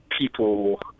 people